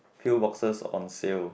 pill boxes on sale